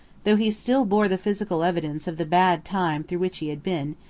though he still bore the physical evidence of the bad time through which he had been,